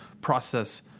process